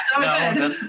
No